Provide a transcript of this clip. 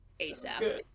ASAP